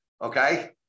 Okay